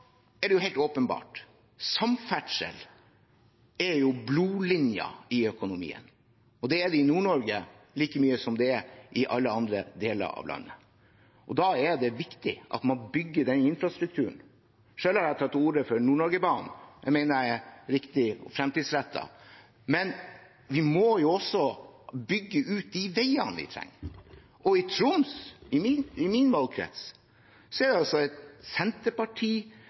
Det er helt åpenbart at samferdsel er blodlinjen i økonomien. Det er den i Nord-Norge like mye som i alle andre deler av landet. Da er det viktig at man bygger den infrastrukturen. Selv har jeg tatt til orde for Nord-Norge-banen. Det mener jeg er riktig og framtidsrettet. Men vi må jo også bygge ut de veiene vi trenger. I Troms, min valgkrets, er det en Senterparti-styrt fylkeskommune som legger hindringer i veien for å legge til rette for f.eks. sjømatnæringen på Senja. Det